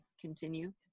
continue